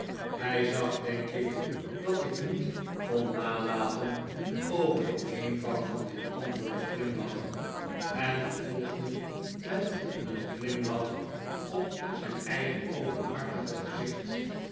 hij zag denk ik dat ik niet kon nalaten over den eenvoud van dit antwoord te glimlachen en vervolgde met een glimlach op zijn eigen openhartige gezicht